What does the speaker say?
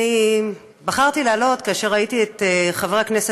אני בחרתי לעלות כאשר ראיתי את חבר הכנסת